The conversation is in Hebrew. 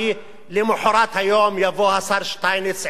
למחרת היום יבוא השר שטייניץ עם תוכניתו,